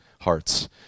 hearts